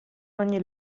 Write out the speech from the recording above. ogni